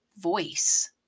voice